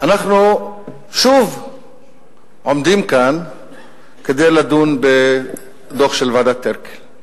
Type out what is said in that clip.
ואנחנו שוב עומדים כאן כדי לדון בדוח של ועדת-טירקל.